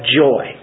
joy